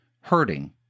hurting